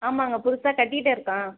ஆமாங்க புதுசாக கட்டிகிட்டு இருக்கேன்